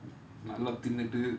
நல்லா தின்னுட்டு:nallaa thinnuttu